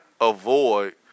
avoid